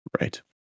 Right